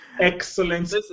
Excellent